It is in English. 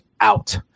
out